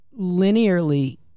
linearly